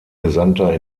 gesandter